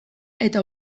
eta